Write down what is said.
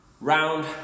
Round